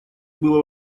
было